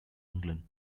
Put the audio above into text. england